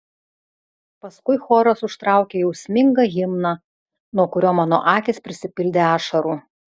paskui choras užtraukė jausmingą himną nuo kurio mano akys prisipildė ašarų